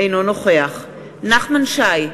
אינו נוכח נחמן שי,